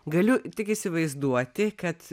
galiu tik įsivaizduoti kad